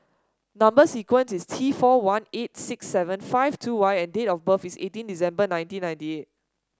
number sequence is T four one eight six seven five two Y and date of birth is eighteen December nineteen ninety eight